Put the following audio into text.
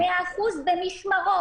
זה פועל ב-100% במשמרות.